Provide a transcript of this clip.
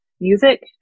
music